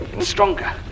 stronger